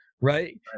right